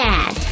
Dad